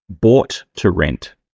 bought-to-rent